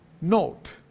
note